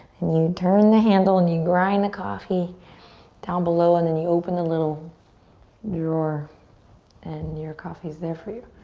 and you turn the handle and you grind the coffee down below and then you open the little drawer and your coffee's there for you.